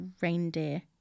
reindeer